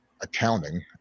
accounting